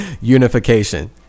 unification